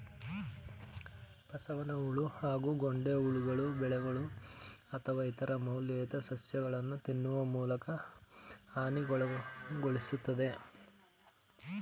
ಬಸವನಹುಳು ಹಾಗೂ ಗೊಂಡೆಹುಳುಗಳು ಬೆಳೆಗಳು ಅಥವಾ ಇತರ ಮೌಲ್ಯಯುತ ಸಸ್ಯಗಳನ್ನು ತಿನ್ನುವ ಮೂಲಕ ಹಾನಿಗೊಳಿಸ್ತದೆ